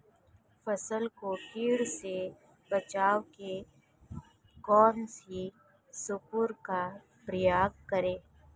फसल को कीट से बचाव के कौनसे स्प्रे का प्रयोग करें?